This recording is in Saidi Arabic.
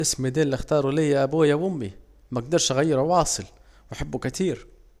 اسمي دي الي اختاروا ليا أبويا وأمي، مجدرش اغيرو واصله واحبه كتير